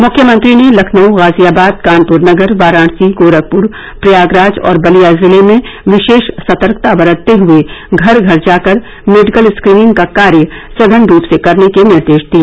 मुख्यमंत्री ने लखनऊ गाजियाबाद कानपुर नगर वाराणसी गोरखपुर प्रयागराज और बलिया जिले में विशेष सतर्कता बरतते हए घर घर जाकर मेडिकल स्क्रीनिंग का कार्य सघन रूप से करने के निर्देश दिए